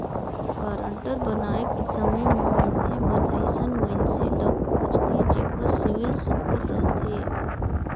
guarantor बनाए के समे में मइनसे मन अइसन मइनसे ल खोझथें जेकर सिविल सुग्घर रहथे